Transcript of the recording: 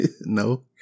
no